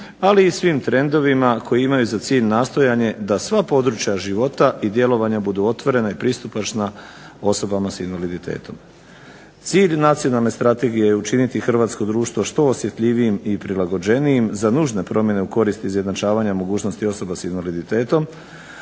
ali i svim trendovima koji imaju za cilj nastojanje da sva područja života i djelovanja budu otvorena i pristupačna osobama s invaliditetom. Cilj nacionalne strategije je učiniti hrvatsko društvo što osjetljivijim i prilagođenijim za nužne promjene u korist izjednačavanja mogućnosti osoba s invaliditetom